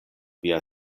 via